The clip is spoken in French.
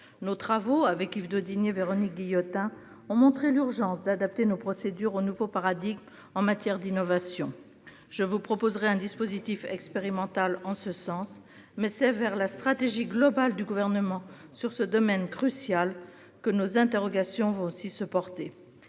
j'ai menés avec Yves Daudigny et Véronique Guillotin ont montré l'urgence d'adapter nos procédures au nouveau paradigme en matière d'innovation. Je vous proposerai un dispositif expérimental en ce sens, mais c'est vers la stratégie globale du Gouvernement sur ce domaine crucial que nos interrogations vont aussi se porter.